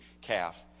calf